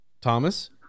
Thomas